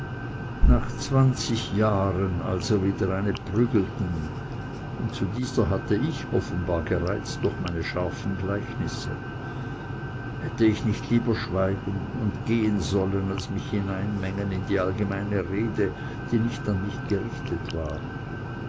nach zwanzig jahren also wieder eine prügelten und zu dieser hatte ich offenbar gereizt durch meine scharfen gleichnisse hätte ich nicht lieber schweigen und gehen sollen als mich hineinmengen in die allgemeine rede die nicht an mich gerichtet war